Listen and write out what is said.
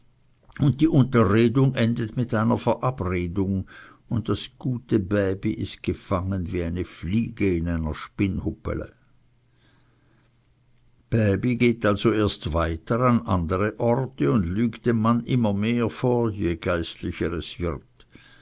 und die unterredung endet mit einer verabredung und das gute bäbi ist gefangen wie eine fliege in einer spinnhubbele bäbi geht also erst weiter an andere orte und lügt dem mann immer mehr vor je geistlicher es wird